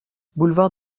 boulevard